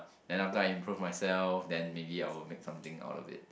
then after I improve myself then maybe I will make something out of it